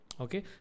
Okay